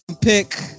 pick